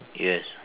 yes